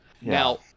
Now